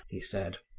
he said.